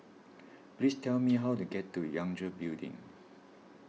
please tell me how to get to Yangtze Building